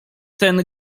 ten